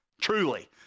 truly